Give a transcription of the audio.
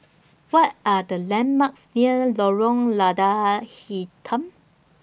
What Are The landmarks near Lorong Lada Hitam